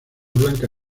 blanca